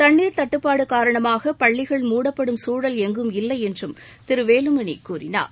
தண்ணீர் தட்டுப்பாடு காரணமாக பள்ளிகள் மூடப்படும் சூழல் எங்கும் இல்லை என்றும் திரு வேலுமணி கூறினார்